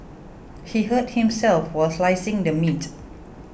he hurt himself while slicing the meat